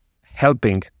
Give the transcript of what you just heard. helping